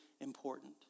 important